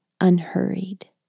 unhurried